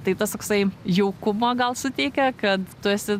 tai tas oksai jaukumo gal suteikia kad tu esi